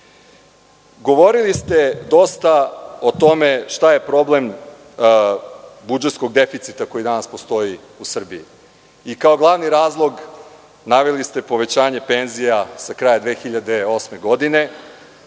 ste dosta o tome šta je problem budžetskog deficita koji danas postoji u Srbiji. Kao glavni razlog naveli ste povećanje penzija sa kraja 2008. godine.